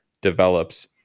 develops